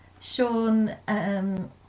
Sean